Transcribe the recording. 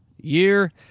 year